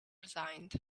resigned